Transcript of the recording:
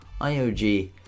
IOG